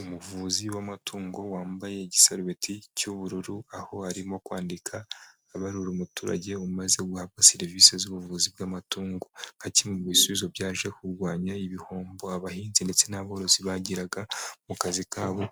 Umuvuzi w'amatungo wambaye igisarubeti cy'ubururu aho arimo kwandika abarura umuturage umaze guhabwa serivisi z'ubuvuzi bw'amatungo, nka kimwe mu bisubizo byaje kurwanya ibihombo abahinzi ndetse n'aborozi bagiraga, mu kazi kabo,